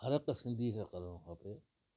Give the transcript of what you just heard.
हर हिक सिंधी खे करिणो खपे